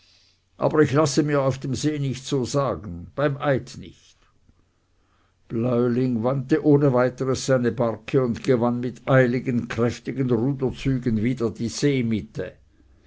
aber ich lasse mir auf dem see nicht so sagen beim eid nicht bläuling wandte ohne weiteres seine barke und gewann mit eiligen kräftigen ruderzügen wieder die seemitte